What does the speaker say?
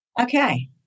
okay